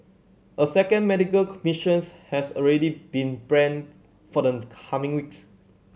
a second medical mission has already been planned for the coming weeks